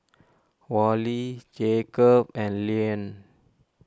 Wally Jacob and Leann